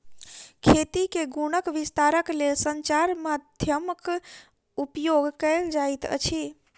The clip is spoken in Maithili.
खेती के गुणक विस्तारक लेल संचार माध्यमक उपयोग कयल जाइत अछि